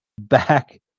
back